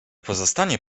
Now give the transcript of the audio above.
pozostanie